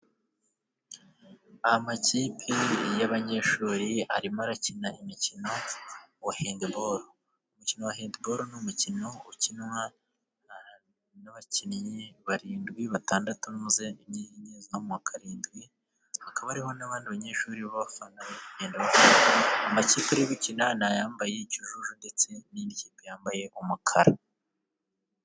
Amakipe y'abanyeshuri arimo arakina imikino ya handiboro. Umukino wa handiboro ni umukino ukinwa n'abakinnyi barindwi. Batandatu n'umuzamu wa karindwi. Hakaba hariho n'abandi banyeshuri b'abafana bari kugenda bafana. Amakipe ari gukina ni ayambaye ikijuju ndetse n'indi kipe yambaye umukara.